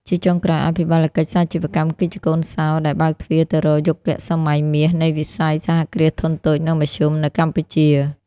ជាចុងក្រោយ អភិបាលកិច្ចសាជីវកម្មគឺជាកូនសោរដែលបើកទ្វារទៅរក "យុគសម័យមាស" នៃវិស័យ សហគ្រាសធុនតូច និងមធ្យម នៅកម្ពុជា។